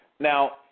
Now